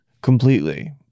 Completely